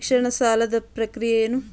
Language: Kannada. ಶಿಕ್ಷಣ ಸಾಲದ ಪ್ರಕ್ರಿಯೆ ಏನು?